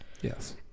Yes